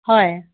হয়